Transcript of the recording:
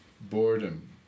boredom